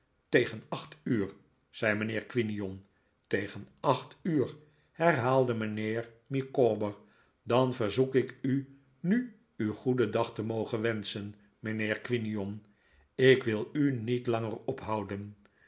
tegen acht uur zei mijnheer quinion tegen acht uur herhaalde mijnheer micawber dan verzoek ik u nu u goedendag te mogen wenschen mijnheer quinion ik wil u niet langer ophouden